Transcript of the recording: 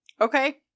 Okay